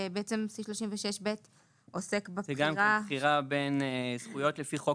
סעיף 36 עוסק בבחירה --- בבחירה בין זכויות לפי חוק